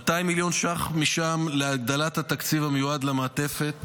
200 מיליון ש"ח משם, להגדלת התקציב המיועד למעטפת